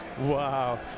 Wow